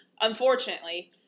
unfortunately